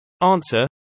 Answer